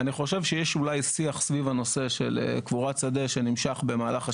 אני חושב שיש אולי שיח סביב הנושא של קבורת שדה שנמשך במהלך השנים.